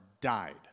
died